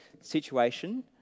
situation